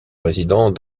résidant